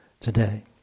today